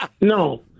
No